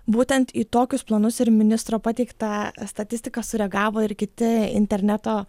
būtent į tokius planus ir ministro pateiktą statistiką sureagavo ir kiti interneto